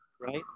right